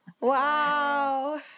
Wow